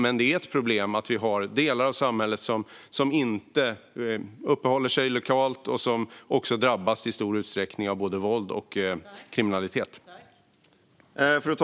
Men det är ett problem att delar av samhället inte uppehåller sig legalt och i stor utsträckning också drabbas av våld och kriminalitet.